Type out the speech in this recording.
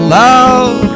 love